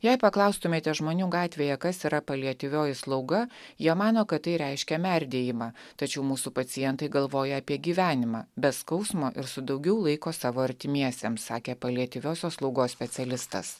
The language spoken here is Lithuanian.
jei paklaustumėte žmonių gatvėje kas yra paliatyvioji slauga jie mano kad tai reiškia merdėjimą tačiau mūsų pacientai galvoja apie gyvenimą be skausmo ir su daugiau laiko savo artimiesiems sakė paliatyviosios slaugos specialistas